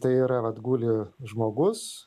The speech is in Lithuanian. tai yra vat guli žmogus